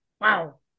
wow